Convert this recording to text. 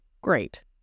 great